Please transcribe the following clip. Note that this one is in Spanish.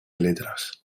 letras